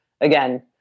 Again